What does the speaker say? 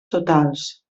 totals